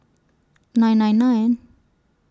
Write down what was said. nine nine nine